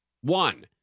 One